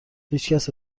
هیچکس